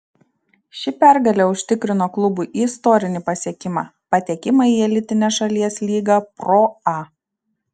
ši pergalė užtikrino klubui istorinį pasiekimą patekimą į elitinę šalies lygą pro a